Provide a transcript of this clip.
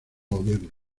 gobierno